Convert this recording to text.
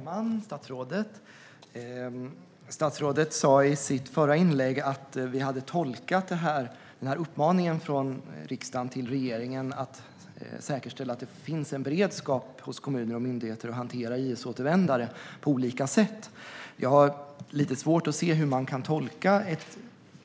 Fru talman! Statsrådet sa i sitt förra inlägg att vi hade tolkat uppmaningen från riksdagen till regeringen att säkerställa att det finns en beredskap hos kommuner och myndigheter att hantera IS-återvändare på olika sätt. Jag har lite svårt att se hur man kan tolka ett,